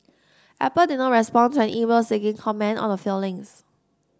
Apple did not respond to an email seeking comment on the filings